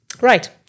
Right